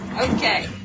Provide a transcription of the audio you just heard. Okay